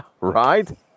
Right